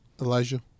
Elijah